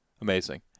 Amazing